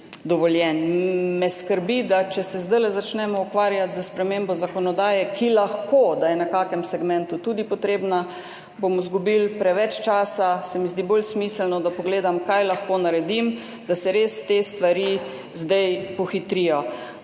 Skrbi me, da če se zdajle začnemo ukvarjati s spremembo zakonodaje, ki lahko, da je na kakšnem segmentu tudi potrebna, bomo izgubili preveč časa. Zdi se mi bolj smiselno, da pogledam, kaj lahko naredim, da se res te stvari zdaj pohitrijo.